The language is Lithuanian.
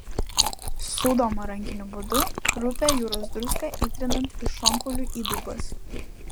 sūdoma rankiniu būdu rupią jūros druską įtrinant į šonkaulių įdubas